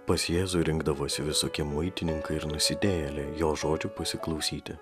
pas jėzų rinkdavosi visokie muitininkai ir nusidėjėliai jo žodžių pasiklausyti